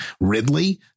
Ridley